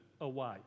away